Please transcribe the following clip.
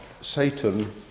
Satan